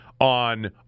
On